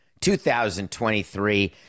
2023